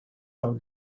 out